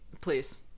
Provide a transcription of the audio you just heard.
Please